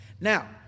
Now